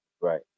Right